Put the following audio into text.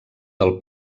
del